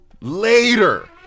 later